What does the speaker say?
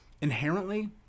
inherently